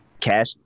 cash